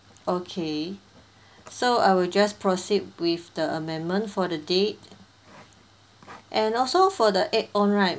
okay so I will just proceed with the amendment for the date and also for the add on right